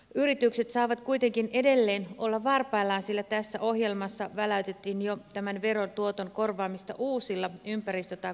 yritykset saavat kuitenkin edelleen olla varpaillaan sillä tässä ohjelmassa väläytettiin jo tämän veron tuoton korvaamista uusilla ympäristö tai kulutusveroilla